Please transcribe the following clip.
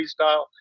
freestyle